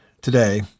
today